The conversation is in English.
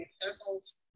circles